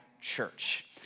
church